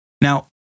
now